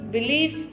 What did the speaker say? Belief